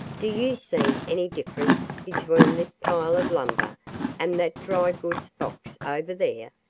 do you see any difference between this pile of lumber and that dry goods box over there?